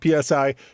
PSI